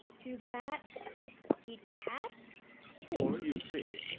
do bats eat cats for, you see,